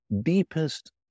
deepest